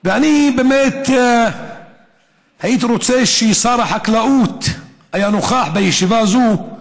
ואני באמת הייתי רוצה ששר החקלאות יהיה נוכח בישיבה הזו,